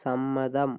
സമ്മതം